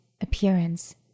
appearance